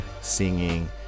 singing